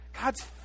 God's